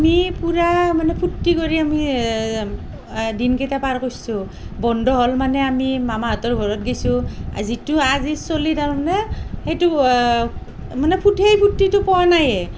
আমি পুৰা মানে ফূৰ্তি কৰি আমি দিনকেইটা পাৰ কৰছোঁ বন্ধ হ'ল মানে আমি মামাহতঁৰ ঘৰত গেছোঁ যিটো আজি চলি তাৰ মানে সেইটো মানে ফূৰ্তিটো পোৱা নায়েই